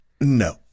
No